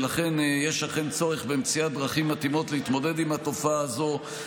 ולכן יש אכן צורך במציאת דרכים מתאימות להתמודד עם התופעה הזאת,